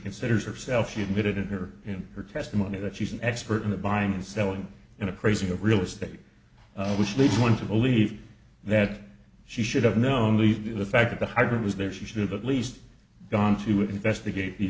considers herself she admitted in her in her testimony that she's an expert in the buying and selling in a crazy a real estate which leads one to believe that she should have known leave the fact that the hundred was there she should have at least gone to investigate the